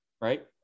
Right